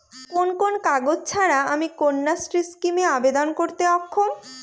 কোন কোন কাগজ ছাড়া আমি কন্যাশ্রী স্কিমে আবেদন করতে অক্ষম?